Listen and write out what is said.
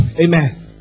amen